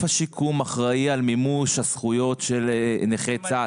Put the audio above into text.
השיקום אחראי על מימוש הזכויות של נכי צה"ל.